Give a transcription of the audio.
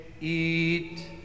eat